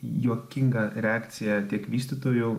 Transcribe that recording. juokingą reakciją tiek vystytojų